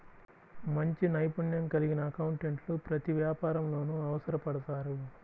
మంచి నైపుణ్యం కలిగిన అకౌంటెంట్లు ప్రతి వ్యాపారంలోనూ అవసరపడతారు